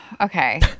okay